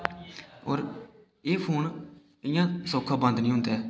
होर एह् फोन इयां सौक्खा बंद नि होंदा ऐ